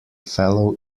fellow